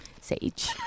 Sage